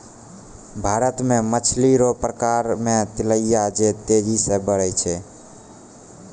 भारत मे मछली रो प्रकार मे तिलैया जे तेजी से बड़ै छै